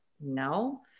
no